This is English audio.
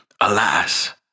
Alas